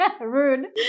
Rude